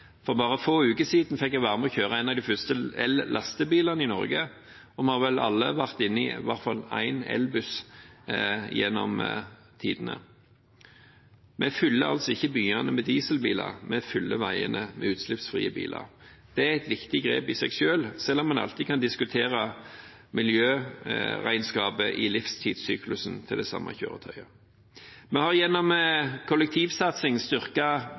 For bare få uker siden fikk jeg være med og kjøre en av de første ellastebilene i Norge, og vi har vel alle vært inne i i hvert fall én elbuss gjennom tidene. Vi fyller altså ikke byene med dieselbiler, vi fyller veiene med utslippsfrie biler. Det er et viktig grep i seg selv, selv om en alltid kan diskutere miljøregnskapet i livstidssyklusen til det samme kjøretøyet. Vi har gjennom